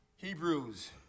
Hebrews